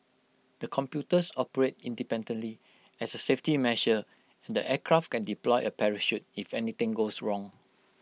the computers operate independently as A safety measure and the aircraft can deploy A parachute if anything goes wrong